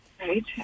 right